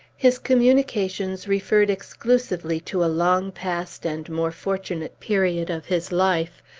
his communications referred exclusively to a long-past and more fortunate period of his life,